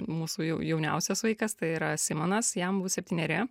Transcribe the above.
mūsų jau jauniausias vaikas tai yra simonas jam bus septyneri